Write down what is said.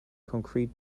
concrete